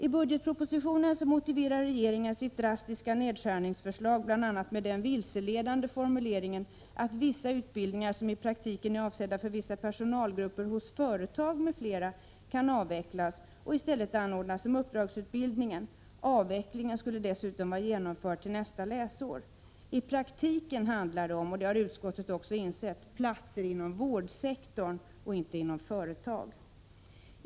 I budgetpropositionen motiverar regeringen sitt drastiska nedskärningsförslag bl.a. med den vilseledande formuleringen att vissa utbildningar som i praktiken är avsedda för vissa personalgrupper hos företag m.fl. kan avvecklas och i stället anordnas som uppdragsutbildning. Avvecklingen skulle dessutom vara genomförd till nästa läsår. I praktiken handlar det om — och det har utskottet också insett — platser inom vårdsektorn och inte inom företag.